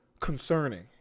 concerning